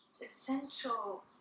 essential